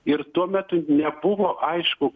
ir tuo metu nebuvo aišku